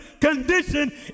condition